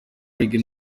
reggae